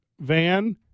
Van